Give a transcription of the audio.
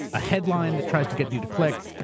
a headline that tries to get you to click,